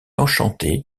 enchanté